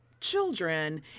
children